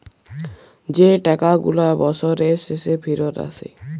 যে টাকা গুলা বসরের শেষে ফিরত আসে